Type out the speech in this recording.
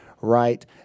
right